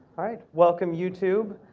welcome youtube.